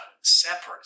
separate